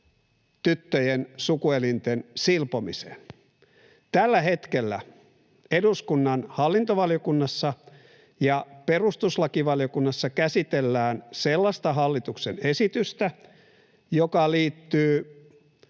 tyttöjen sukuelinten silpomiseen. Tällä hetkellä eduskunnan hallintovaliokunnassa ja perustuslakivaliokunnassa käsitellään sellaista hallituksen esitystä, joka liittyy